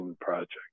project